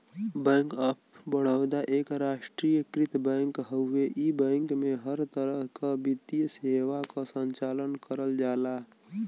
bank of Baroda एक राष्ट्रीयकृत bank हउवे इ बैंक में हर तरह क वित्तीय सेवा क संचालन करल जाला